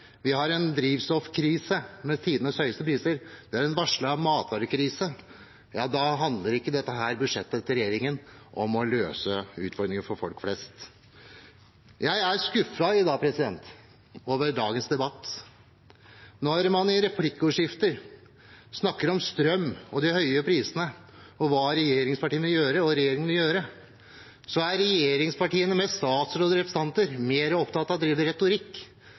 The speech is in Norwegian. Vi har en drivstoffkrise med tidenes høyeste priser. Det er en varslet matvarekrise. Da handler ikke dette budsjettet til regjeringen om å løse utfordringer for folk flest. Jeg er skuffet over dagens debatt. Når man i replikkordskifter snakker om strøm og de høye prisene og hva regjeringspartiene og regjeringen vil gjøre, er regjeringspartiene med statsråder og representanter mer opptatt av å drive retorikk